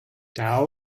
tao